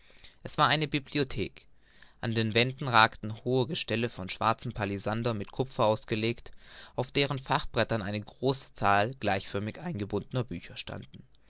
es war eine bibliothek an den wänden ragten hohe gestelle von schwarzem palissander mit kupfer ausgelegt auf deren fachbrettern eine große zahl gleichförmig eingebundener bücher standen